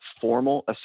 formal